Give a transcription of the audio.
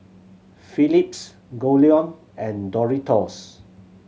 Philips Goldlion and Doritos